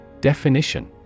Definition